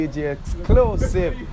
exclusive